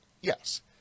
yes